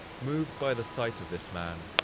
moved by the sight of this man,